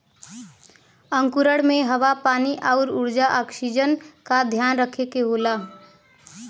अंकुरण में हवा पानी आउर ऊर्जा ऑक्सीजन का ध्यान रखे के होला